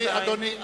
אדוני,